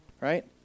right